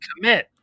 commit